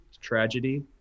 tragedy